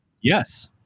Yes